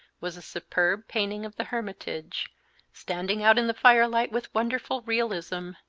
was a superb painting of the hermitage standing out in the firelight with wonderful realism,